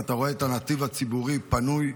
ואתה רואה את הנתיב הציבורי פנוי.